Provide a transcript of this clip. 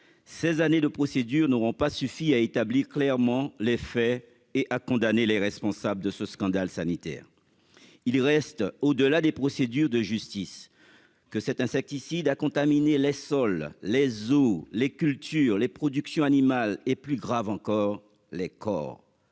Ces années de procédure n'auront pas suffi à établir clairement les faits et a condamné les responsables de ce scandale sanitaire. Il reste au-delà des procédures de justice que cet insecticide a contaminé les sols les ou les cultures les productions animales et plus grave encore les corps,